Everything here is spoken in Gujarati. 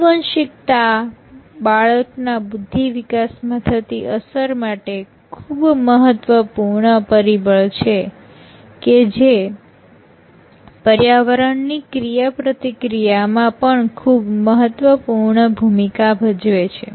આનુવંશિકતા બાળકના બુદ્ધિ વિકાસ માં થતી અસર માટે ખૂબ મહત્વપૂર્ણ પરિબળ છે કે જે પર્યાવરણની ક્રિયાપ્રતિક્રિયા માં પણ ખૂબ મહત્વપૂર્ણ ભૂમિકા ભજવે છે